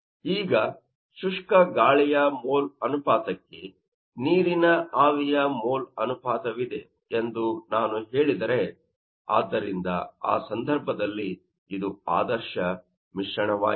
ಈಗ ಶುಷ್ಕ ಗಾಳಿಯ ಮೋಲ್ ಅನುಪಾತಕ್ಕೆ ನೀರಿನ ಆವಿಯ ಮೋಲ್ ಅನುಪಾತವಿದೆ ಎಂದು ನಾನು ಹೇಳಿದರೆ ಆದ್ದರಿಂದ ಆ ಸಂದರ್ಭದಲ್ಲಿ ಇದು ಆದರ್ಶ ಮಿಶ್ರಣವಾಗಿದೆ